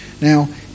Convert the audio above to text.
now